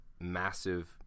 massive